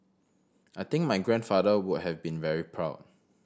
I think my grandfather would have been very proud